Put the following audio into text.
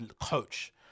coach